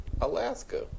Alaska